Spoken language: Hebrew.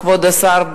כבוד השר,